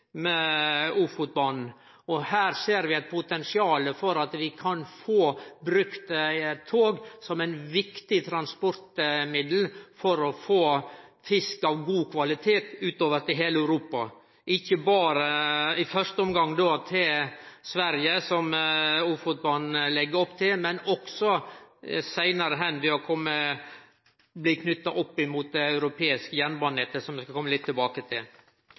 med Ofotbanen. Her ser vi eit potensial for å bruke tog som eit viktig transportmiddel for å få fisk av god kvalitet utover til heile Europa – i første omgang til Sverige, som ein legg opp til med Ofotbanen, men også seinare ved å bli knytt opp mot det europeiske jernbanenettet, som eg skal kome litt tilbake til.